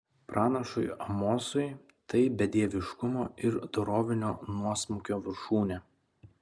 pranašui amosui tai bedieviškumo ir dorovinio nuosmukio viršūnė